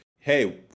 Hey